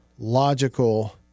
logical